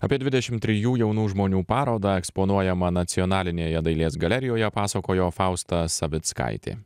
apie dvidešim trijų jaunų žmonių parodą eksponuojamą nacionalinėje dailės galerijoje pasakojo fausta savickaitė